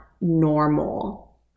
normal